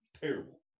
Terrible